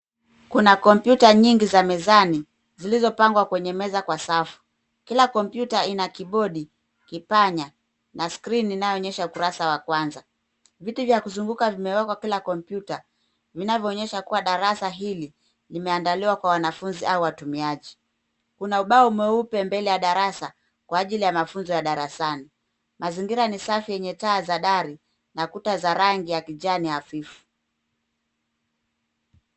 Kuna kompyuta nyingi za mezani zilizopangwa kwenye meza kwa safu. Kila kompyuta iko na kibodi, kipanyana skrini inayoonyesha ukurasa wa kwanza. Viti kwa kuzunguka zimewekwa kwenye kila kompyuta inayoonyesha kuwa darasa hili limeandaliwa kwa wanafunzi au utumiaji. Kuna ubao mweupe mbele ya darasa, kwa ajili ya mafunzo ya darasani. Mazingira ni safi yenye taa za dari na kuta za rangi ya kijani hafifu.